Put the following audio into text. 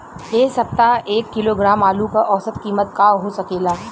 एह सप्ताह एक किलोग्राम आलू क औसत कीमत का हो सकेला?